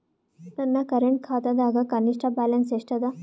ನನ್ನ ಕರೆಂಟ್ ಖಾತಾದಾಗ ಕನಿಷ್ಠ ಬ್ಯಾಲೆನ್ಸ್ ಎಷ್ಟು ಅದ